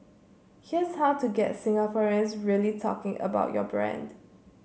here's how to get Singaporeans really talking about your brand